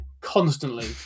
constantly